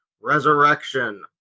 resurrection